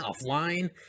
offline